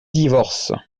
divorce